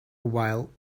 while